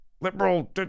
liberal